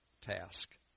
task